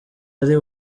ari